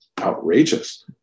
outrageous